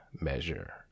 measure